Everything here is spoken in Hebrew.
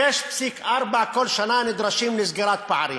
6.4 כל שנה נדרשים לסגירת פערים.